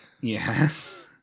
Yes